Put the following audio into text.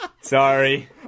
Sorry